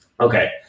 Okay